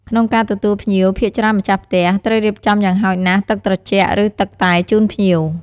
ក្នុងការទទួលភ្ញៀវ ភាគច្រើនម្ចាស់ផ្ទះត្រូវរៀបចំយ៉ាងហោចណាស់ ទឺកត្រជាក់ ឬ ទឹកតែជូនភ្ញៀវ។